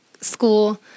school